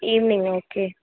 ஈவினிங்கா okay